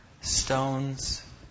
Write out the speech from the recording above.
Stones